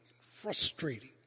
frustrating